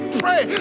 pray